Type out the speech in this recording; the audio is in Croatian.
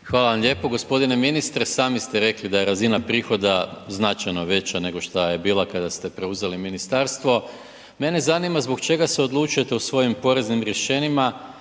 (SDP)** Hvala vam lijepo. Gospodine ministre sami ste rekli da je razina prihoda značajno veća nego šta je bila kada ste preuzeli ministarstvo. Mene zanima zbog čega se odlučujete u svojim poreznim rješenjima